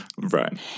Right